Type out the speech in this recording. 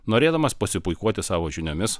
norėdamas pasipuikuoti savo žiniomis